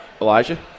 Elijah